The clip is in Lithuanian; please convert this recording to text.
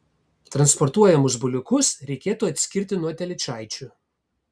transportuojamus buliukus reikėtų atskirti nuo telyčaičių